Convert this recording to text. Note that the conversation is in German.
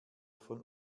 von